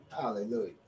Hallelujah